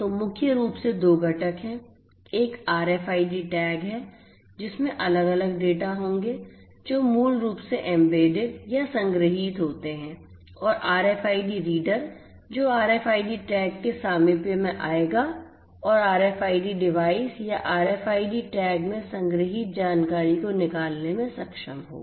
तो मुख्य रूप से दो घटक हैं एक आरएफआईडी टैग है जिसमें अलग अलग डेटा होंगे जो मूल रूप से एम्बेडेड या संग्रहीत होते हैं और RFID रीडर जो RFID टैग के सामीप्य में आएगा और RFID डिवाइस या RFID टैग में संग्रहीत जानकारी को निकालने में सक्षम होगा